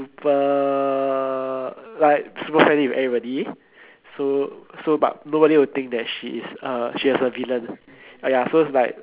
b~ like super friendly with everybody so so but nobody will think that she is uh she is a villain ah ya so is like